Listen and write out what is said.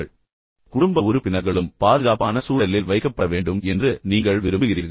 எனவே நீங்கள் மட்டுமல்ல குடும்ப உறுப்பினர்களும் பாதுகாப்பான சூழலில் வைக்கப்பட வேண்டும் என்று நீங்கள் விரும்புகிறீர்கள்